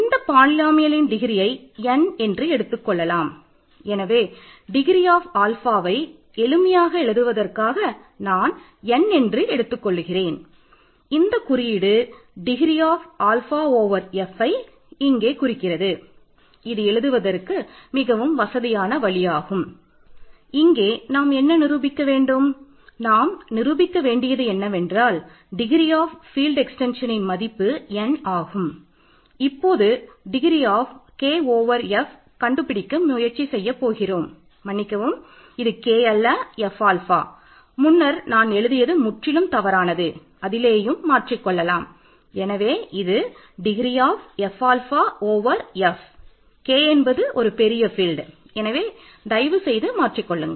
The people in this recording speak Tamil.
இந்த பாலினோமியலயலின் எனவே தயவு செய்து மாற்றிக் கொள்ளுங்கள்